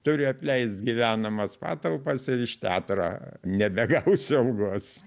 turiu apleist gyvenamas patalpas ir iš teatro nebegausiu algos